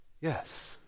Yes